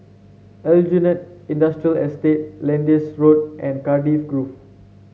Aljunied Industrial Estate Lyndhurst Road and Cardiff Grove